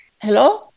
hello